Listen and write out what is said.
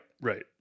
Right